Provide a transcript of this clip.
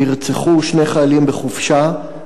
נרצחו שני חיילים בחופשה,